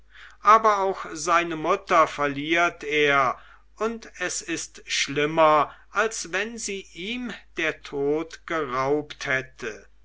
aber auch seine mutter verliert er und es ist schlimmer als wenn sie ihm der tod geraubt hätte